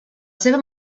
seva